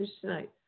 tonight